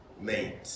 mate